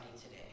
today